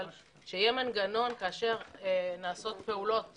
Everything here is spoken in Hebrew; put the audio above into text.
אבל שיהיה מנגנון כאשר נעשות פעולות